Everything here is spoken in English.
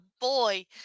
boy